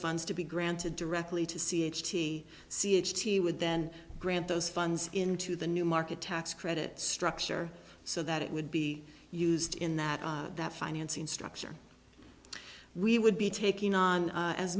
funds to be granted directly to c h p c h t would then grant those funds into the new market tax credit structure so that it would be used in that that financing structure we would be taking on a